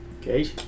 Okay